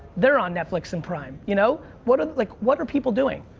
they're on netflix and prime, you know. what are like what are people doing?